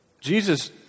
Jesus